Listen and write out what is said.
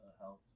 health